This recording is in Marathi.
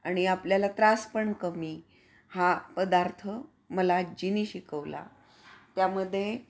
आणि आपल्याला त्रास पण कमी हा पदार्थ मला आजीने शिकवला त्यामध्ये